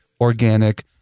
organic